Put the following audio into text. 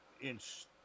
inch